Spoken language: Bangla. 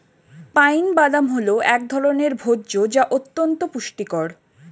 পাইন বাদাম হল এক ধরনের ভোজ্য যা অত্যন্ত পুষ্টিকর